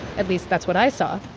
at least, that's what i saw.